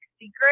secret